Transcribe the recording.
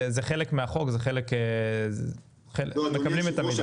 חלק מהחוק וזה חלק --- לא אדוני יושב הראש,